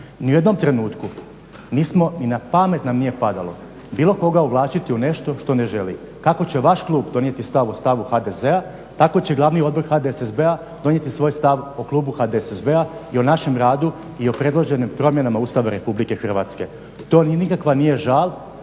Ni u jednom trenutku nismo, ni na pamet nam nije padalo, bilo koga uvlačiti u nešto što ne želi. Kako će vaš klub donijeti stav o stavu HDZ-a tako će Glavni odbor HDSSB-a donijeti svoj stav o klubu HDSSB-a i o našem radu i o predloženim promjenama Ustava RH. To nikakav nije žal